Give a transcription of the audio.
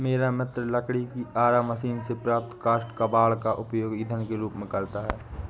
मेरा मित्र लकड़ी की आरा मशीन से प्राप्त काष्ठ कबाड़ का उपयोग ईंधन के रूप में करता है